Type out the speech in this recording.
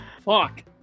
Fuck